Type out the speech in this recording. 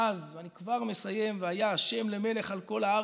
ואז, ואני כבר מסיים, "והיה ה' למלך על כל הארץ,